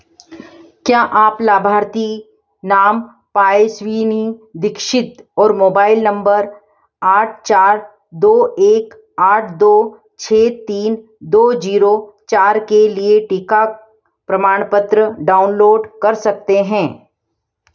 क्या आप लाभार्थी नाम पायस्विनी दीक्षित और मोबाइल नंबर आठ चार दो एक आठ दो छः तीन दो जीरो चार के लिए टीका प्रमाणपत्र डाउनलोड कर सकते हैं